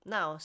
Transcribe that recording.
Now